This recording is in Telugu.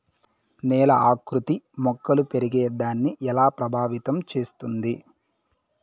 నేల ఆకృతి మొక్కలు పెరిగేదాన్ని ఎలా ప్రభావితం చేస్తుంది?